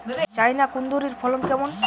China কুঁদরীর ফলন কেমন?